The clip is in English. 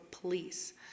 police